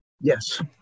yes